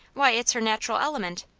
why it's her natural element.